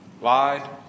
lied